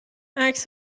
عکس